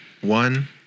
one